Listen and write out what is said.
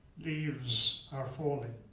leaves are falling.